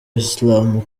islam